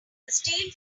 steel